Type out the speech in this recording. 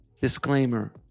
Disclaimer